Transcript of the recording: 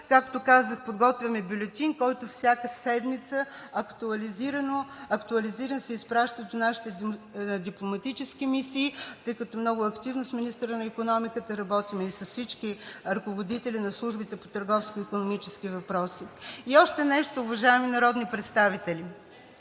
както казах, подготвяме бюлетин, който всяка седмица се изпраща актуализиран до нашите дипломатически мисии, тъй като работим много активно с министъра на икономиката и с всички ръководители на службите по търговско-икономически въпроси. И още нещо, уважаеми народни представители,